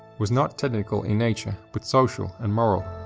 was not technical in nature but social and moral.